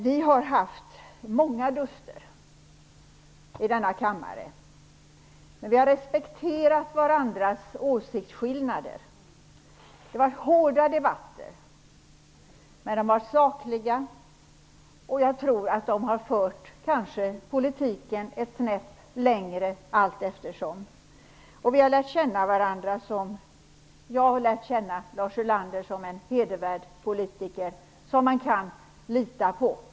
Vi har haft många duster i denna kammare, men vi har respekterat varandras åsiktsskillnader. Det var hårda debatter, men de var sakliga, och jag tror att de allteftersom kan ha fört politiken ett snäpp längre. Jag har lärt känna Lars Ulander som en hedervärd politiker, som man kan lita på.